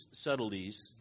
subtleties